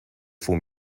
for